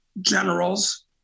generals